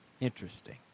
Interesting